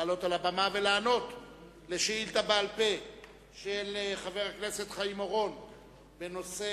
לעלות על הבמה ולענות על שאילתא בעל-פה של חבר הכנסת חיים אורון בנושא: